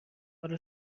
حال